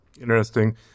Interesting